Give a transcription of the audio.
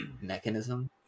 mechanism